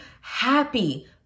happy